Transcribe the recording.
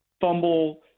fumble